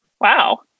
Wow